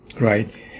Right